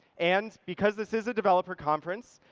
and because this is a developer conference,